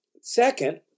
Second